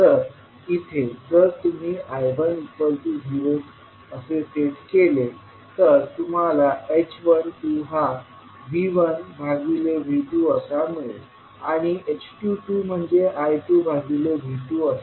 तर इथे जर तुम्ही I10 असे सेट केले तर तुम्हाला h12हा V1भागिले V2असा मिळेल आणि h22 म्हणजे I2 भागिले V2 असा असेल